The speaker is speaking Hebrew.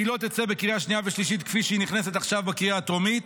שלא תצא בקריאה שנייה ושלישית כפי שהיא נכנסת עכשיו בקריאה הטרומית,